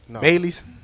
Bailey's